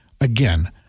again